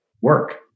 work